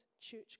church